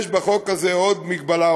יש בחוק הזה עוד הגבלה,